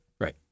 Right